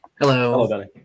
Hello